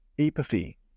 apathy